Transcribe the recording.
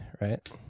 right